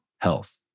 health